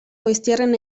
goiztiarren